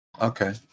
Okay